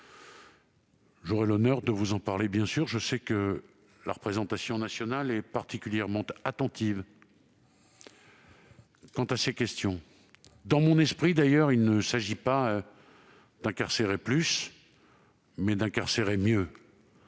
sûr l'honneur de vous en parler, car je sais que la représentation nationale est particulièrement attentive à ces questions. Dans mon esprit, d'ailleurs, il ne s'agit pas d'incarcérer plus, mais d'incarcérer mieux.